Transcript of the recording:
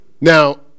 Now